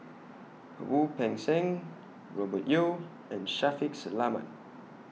Wu Peng Seng Robert Yeo and Shaffiq Selamat